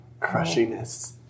crushiness